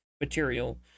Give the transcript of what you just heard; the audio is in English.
material